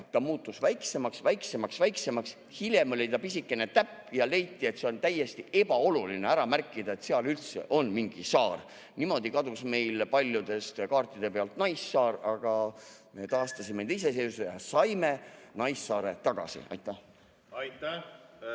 ta muutus väiksemaks, väiksemaks, väiksemaks, hiljem oli pisikene täpp ja leiti, et on täiesti ebaoluline ära märkida, et seal üldse on mingi saar. Niimoodi kadus meil paljude kaartide pealt Naissaar, aga me taastasime iseseisvuse ja saime Naissaare tagasi. Aitäh! Aitäh!